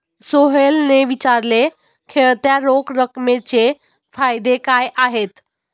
सोहेलने विचारले, खेळत्या रोख रकमेचे फायदे काय आहेत?